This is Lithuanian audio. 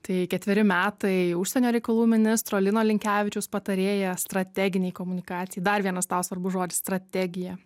tai ketveri metai užsienio reikalų ministro lino linkevičiaus patarėja strateginei komunikacijai dar vienas tau svarbus žodis strategija